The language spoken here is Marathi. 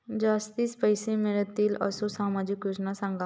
जास्ती पैशे मिळतील असो सामाजिक योजना सांगा?